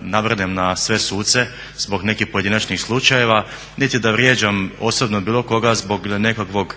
navrnem na sve suce zbog nekih pojedinačnih slučajeva niti da vrijeđam osobno bilo koga zbog nekakvog